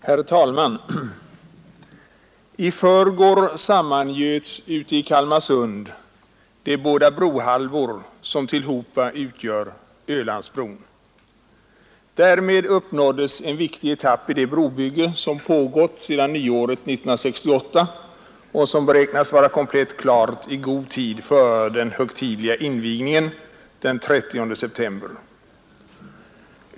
Herr talman! I förrgår sammangöts ute i Kalmarsund de båda brohalvor som tillhopa utgör Ölandsbron. Därmed uppnåddes en viktig etapp i det brobygge som pågått sedan nyåret 1968 och som beräknas vara komplett klart i god tid före den högtidliga invigningen den 30 september.